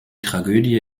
tragödie